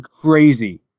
crazy